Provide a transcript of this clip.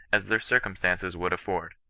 as their circumstances would afford.